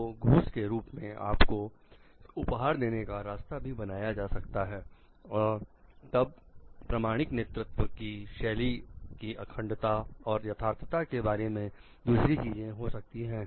तो घूस के रूप में आपको उपहार देने का रास्ता भी बनाया जा सकता है और तब प्रमाणिक नेतृत्व की शैली की अखंडता और यथार्थता के बारे में दूसरी चीजें हो सकती है